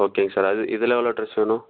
okay sir அது இதில் எவ்வளோ ட்ரெஸ் வேணும்